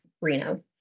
Reno